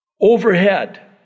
overhead